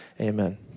Amen